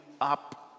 up